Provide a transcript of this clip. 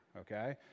okay